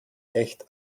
echt